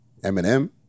Eminem